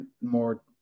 more